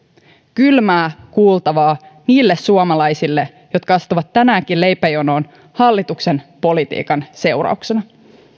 kylmää kuultavaa niille suomalaisille jotka astuvat tänäänkin leipäjonoon hallituksen politiikan seurauksena